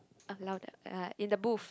of louder uh in the booth